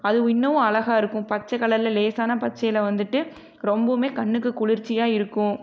அது இன்னமும் அழகாயிருக்கும் பச்சை கலர்ல லேசான பச்சைல வந்துட்டு ரொம்பவுமே கண்ணுக்கு குளிர்ச்சியாக இருக்கும்